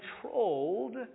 controlled